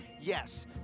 Yes